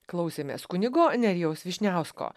klausėmės kunigo nerijaus vyšniausko